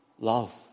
love